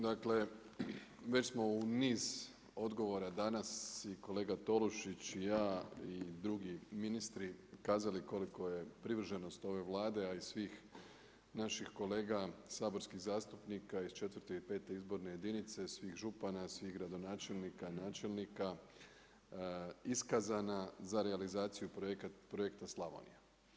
Dakle, već smo u niz odgovora danas i kolega Tolušić i ja i drugi ministri kazali koliko je privrženost ove Vlade, a i svih naših kolega saborskih zastupnika iz četvrte i pete izborne jedinice, svih župana, svih gradonačelnika, načelnika, iskazana za realizaciju projekta Slavonija.